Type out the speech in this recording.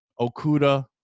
Okuda